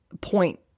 point